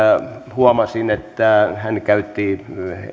huomasin että hän käytti